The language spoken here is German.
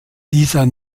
dieser